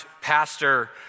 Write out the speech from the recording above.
pastor